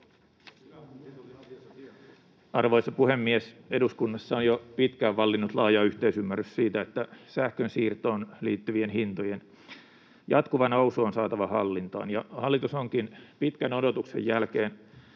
Arvoisa puhemies! Eduskunnassa on jo pitkään vallinnut laaja yhteisymmärrys siitä, että sähkönsiirtoon liittyvien hintojen jatkuva nousu on saatava hallintaan, ja hallitus onkin pitkän odotuksen jälkeen